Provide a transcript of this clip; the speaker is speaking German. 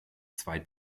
zwei